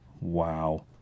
wow